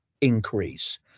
increase